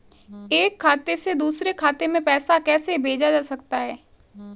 एक खाते से दूसरे खाते में पैसा कैसे भेजा जा सकता है?